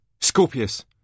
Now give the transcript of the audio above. Scorpius